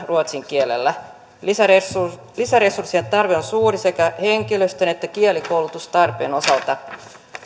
ruotsin kielellä suurena haasteena lisäresurssien tarve on suuri sekä henkilöstön että kielikoulutustarpeen osalta